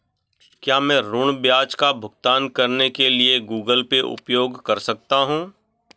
क्या मैं ऋण ब्याज का भुगतान करने के लिए गूगल पे उपयोग कर सकता हूं?